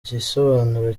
gisobanuro